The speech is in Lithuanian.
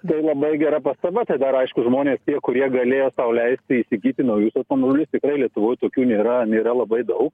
tai labai gera pastaba tai dar aišku žmonės tie kurie galėjo sau leisti įgyti naujus automobilius tikrai lietuvoj tokių nėra nėra labai daug